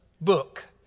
book